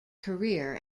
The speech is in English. career